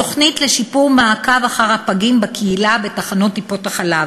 תוכנית לשיפור המעקב אחר הפגים בקהילה בתחנות טיפת-חלב.